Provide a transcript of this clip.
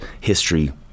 history